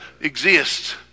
exists